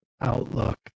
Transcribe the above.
outlook